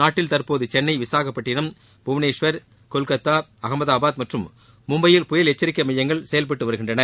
நாட்டில் தற்போது சென்னை விசாகப்பட்டிணம் புவனேஸ்வர் கொல்கத்தா அகமதாபாத் மற்றும் மும்பையில் புயல் எச்சரிக்கை மையங்கள் செயல்பட்டு வருகிறது